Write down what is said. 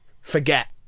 forget